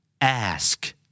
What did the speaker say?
Ask